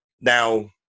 Now